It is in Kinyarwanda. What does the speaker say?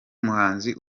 muhanzi